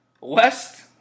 West